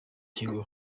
kigo